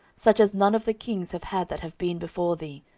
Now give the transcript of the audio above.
such as none of the kings have had that have been before thee,